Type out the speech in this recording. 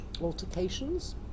altercations